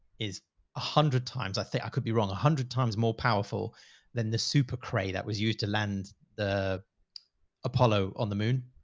is a hundred times. i think i could be wrong a hundred times more powerful than the cray that was used to land the apollo on the moon.